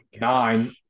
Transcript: Nine